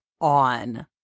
on